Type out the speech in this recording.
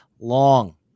long